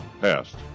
past